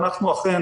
אנחנו אכן